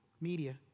media